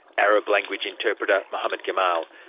arab language interpreter mohamed gamal.